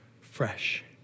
fresh